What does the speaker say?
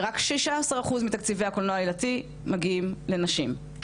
רק שישה עשר אחוז מתקציבי הקולנוע העלילתי מגיעים לנשים.